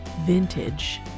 vintage